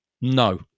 No